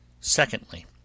Secondly